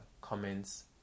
comments